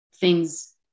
things-